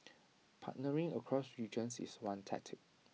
partnering across regions is one tactic